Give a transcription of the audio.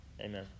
Amen